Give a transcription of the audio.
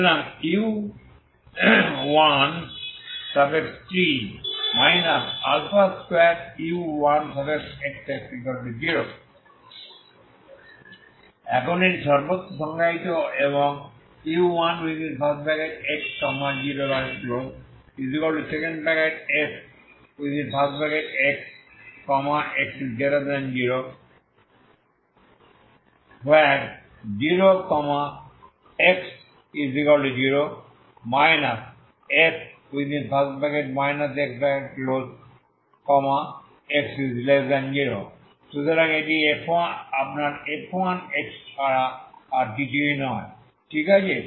সুতরাং যে u1t 2u1xx0 এখন এটি সর্বত্র সংজ্ঞায়িত এবং u1x0fx x0 0 x0 f x x0 সুতরাং এটি আপনার f1x ছাড়া আর কিছুই নয় ঠিক আছে